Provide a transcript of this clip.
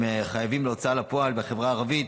מהחייבים בהוצאה לפועל הם מהחברה הערבית,